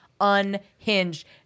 unhinged